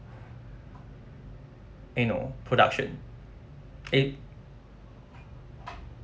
eh no production eh